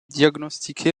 diagnostiqué